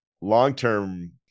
long-term